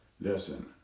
Listen